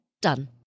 Done